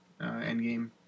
Endgame